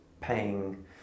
paying